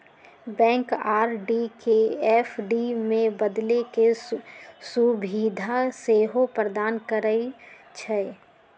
bank RD के FD में बदले के सुभीधा सेहो प्रदान करइ छइ